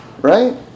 Right